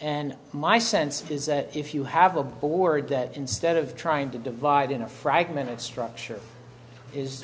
and my sense is that if you have a board that instead of trying to divide in a fragmented structure is